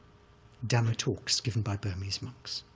dhamma talks given by burmese monks.